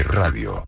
radio